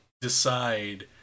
decide